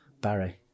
Barry